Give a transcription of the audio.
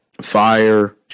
fire